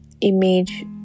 image